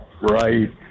right